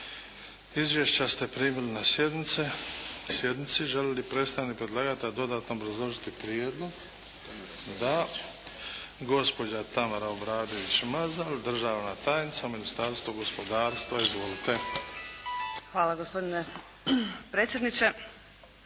Izvješća ste primili na sjednici. Želi li predstavnik predlagatelja dodatno obrazložiti prijedlog? Da. Gospođa Tamara Obradović Mazal, državna tajnica u Ministarstvu gospodarstva. Izvolite. **Obradović